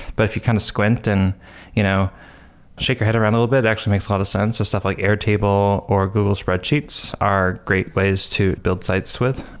but if you kind of squint and you know shake your head around a little bit, it actually makes a lot of sense. stuff like airtable or google spreadsheets are great ways to build sites with.